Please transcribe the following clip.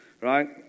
right